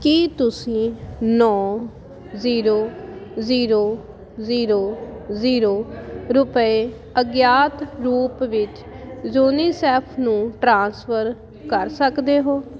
ਕੀ ਤੁਸੀਂਂ ਨੌਂ zero zero zero zero ਰੁਪਏ ਅਗਿਆਤ ਰੂਪ ਵਿੱਚ ਯੂਨੀਸੇਫ ਨੂੰ ਟ੍ਰਾਂਸਫਰ ਕਰ ਸਕਦੇ ਹੋ